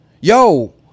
Yo